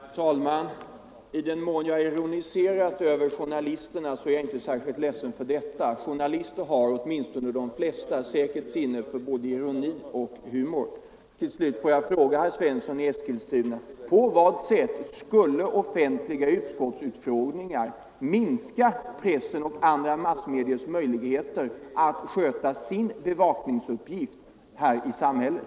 Herr talman! I den mån jag ironiserade över journalisterna är jag inte särskilt ledsen för detta. Journalister har, åtminstone de flesta, säkert sinne både för ironi och humor. Till slut vill jag ställa en fråga till herr Svensson i Eskilstuna: På vad sätt skulle offentliga utskottsutfrågningar minska pressens och andra massmediers möjligheter att sköta sin bevakningsuppgift i samhället?